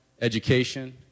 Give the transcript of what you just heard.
education